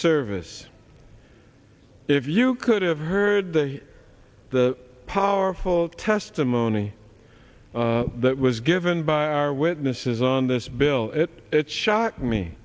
service if you could have heard the powerful testimony that was given by our witnesses on this bill it shocked me